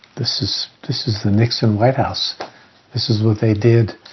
this is, this is the nixon white house this is what they did